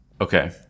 Okay